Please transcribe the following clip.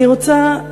אני רוצה,